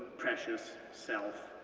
precious self.